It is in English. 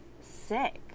sick